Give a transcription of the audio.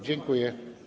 Dziękuję.